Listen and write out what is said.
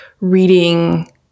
reading